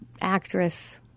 actress